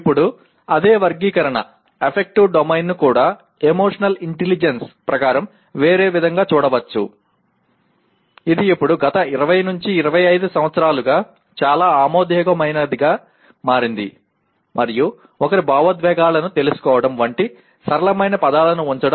ఇప్పుడు అదే వర్గీకరణ ఎఫెక్టివ్ డొమైన్ను కూడా ఎమోషనల్ ఇంటెలిజెన్స్ ప్రకారం వేరే విధంగా చూడవచ్చు ఇది ఇప్పుడు గత 20 25 సంవత్సరాలుగా చాలా ఆమోదయోగ్యమైనదిగా మారింది మరియు ఒకరి భావోద్వేగాలను తెలుసుకోవడం వంటి సరళమైన పదాలను ఉంచడం